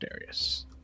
Darius